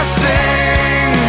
sing